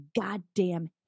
goddamn